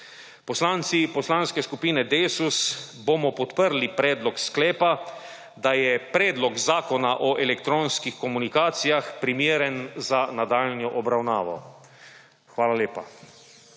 Poslanci Poslanske skupine Desus bomo podprli predlog sklepa, da je Predlog zakona o elektronskih komunikacijah primeren za nadaljnjo obravnavo. Hvala lepa.